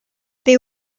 they